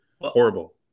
horrible